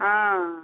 हॅं